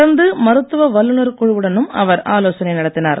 தொடர்ந்து மருத்துவ வல்லுனர் குழுவுடனும் அவர் ஆலோசனை நடத்தினார்